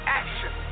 action